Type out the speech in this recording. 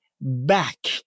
back